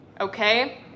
okay